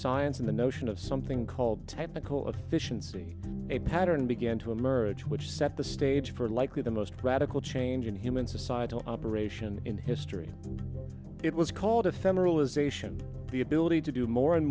science and the notion of something called technical efficiency a pattern began to emerge which set the stage for likely the most radical change in human society operation in history it was called ephemeral ization the ability to do more and